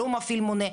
לא מפעיל מונה,